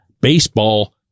Baseball